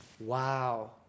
Wow